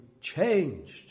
changed